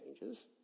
changes